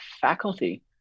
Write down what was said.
faculty